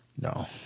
No